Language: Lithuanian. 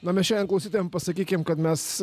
na mes šiandien klausytojam pasakykim kad mes